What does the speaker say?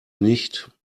nicht